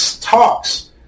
talks